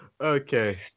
Okay